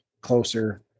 closer